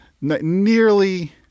nearly